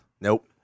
Nope